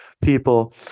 people